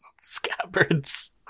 Scabbards